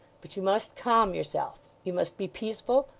but you must calm yourself you must be peaceful,